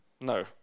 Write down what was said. No